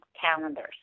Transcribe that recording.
calendars